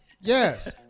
Yes